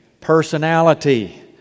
personality